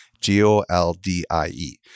G-O-L-D-I-E